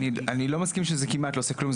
אני לא מסכים שזה כמעט לא עושה כלום.